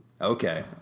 Okay